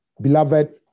beloved